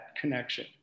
connection